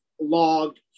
logged